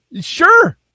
Sure